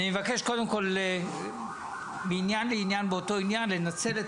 אני מבקש קודם כל מעניין לעניין באותו עניין לנצל את